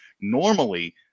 Normally